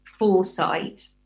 foresight